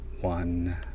one